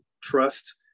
trust